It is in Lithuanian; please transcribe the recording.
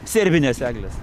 serbinės eglės